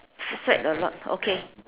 sweat a lot okay